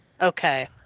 Okay